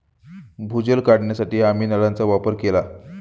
भूजल काढण्यासाठी आम्ही नळांचा वापर केला